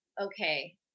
okay